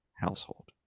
household